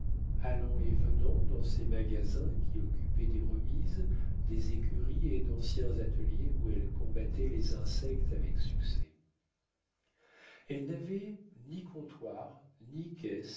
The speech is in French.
allant et venant dans ses magasins qui occupaient des remises des écuries et d'anciens ateliers où elle combattait les insectes avec succès elle n'avait ni comptoir ni